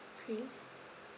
chris